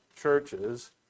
churches